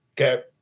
Okay